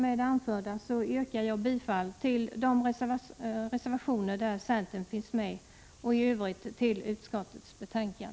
Med det anförda yrkar jag bifall till de reservationer där 155 centern finns med och i övrigt till utskottets hemställan.